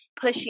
pushing